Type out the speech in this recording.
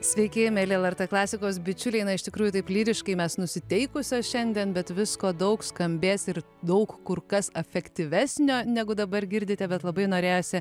sveiki mieli lrt klasikos bičiuliai na iš tikrųjų taip lyriškai mes nusiteikusios šiandien bet visko daug skambės ir daug kur kas efektyvesnio negu dabar girdite bet labai norėjosi